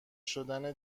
شدن